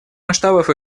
масштабов